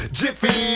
jiffy